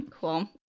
Cool